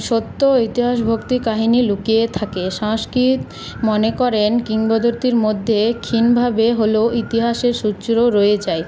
সত্য ইতিহাস ভক্তি কাহিনি লুকিয়ে থাকে সাংস্কৃত মনে করেন কিংবদন্তির মধ্যে ক্ষীণভাবে হলেও ইতিহাসের সূত্র রয়ে যায়